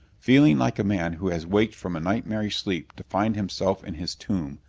feeling like a man who has waked from a nightmarish sleep to find himself in his tomb,